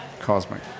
Cosmic